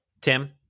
Tim